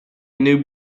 new